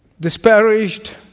disparaged